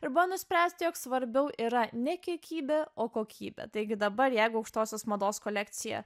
ir buvo nuspręsta jog svarbiau yra ne kiekybė o kokybė taigi dabar jeigu aukštosios mados kolekcija